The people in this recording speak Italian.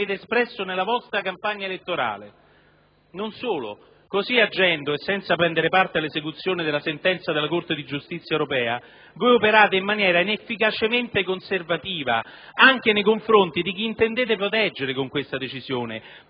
espresso in campagna elettorale. Non solo, così agendo e senza prendere parte all'esecuzione della sentenza della Corte di giustizia europea, voi operate in maniera inefficacemente conservativa anche nei confronti di chi intendete proteggere con questa decisione,